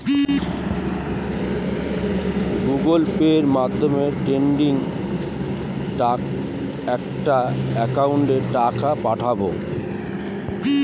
Google পের মাধ্যমে trading একাউন্টে টাকা পাঠাবো?